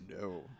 No